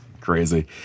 crazy